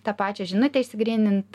tą pačią žinutę išsigrynint